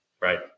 right